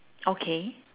okay